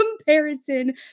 comparison